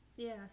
Yes